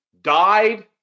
died